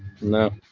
no